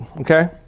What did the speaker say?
okay